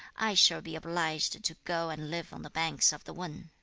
i shall be obliged to go and live on the banks of the wan